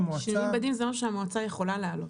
שינויים בדין זה משהו שהמועצה יכולה להעלות.